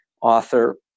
author